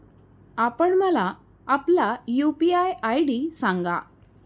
आपण मला आपला यू.पी.आय आय.डी सांगा